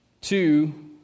Two